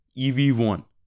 EV1